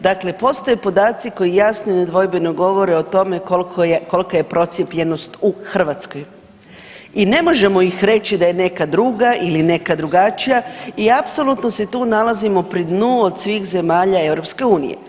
Dakle, postoje podaci koji jasno i nedvojbeno govore o tome kolika je procijepljenost u Hrvatskoj i ne možemo ih reći da je neka druga ili neka drugačija i apsolutno se tu nalazimo pri dnu od svih zemalja EU.